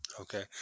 Okay